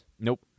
nope